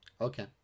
Okay